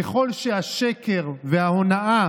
ככל שהשקר וההונאה